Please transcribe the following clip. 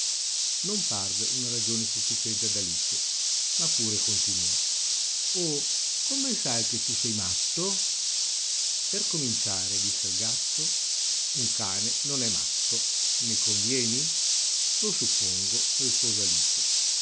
non parve una ragione sufficiente ad alice ma pure continuò oh come sai che tu sei matto per cominciare disse il gatto un cane non è matto ne convieni lo suppongo rispose alice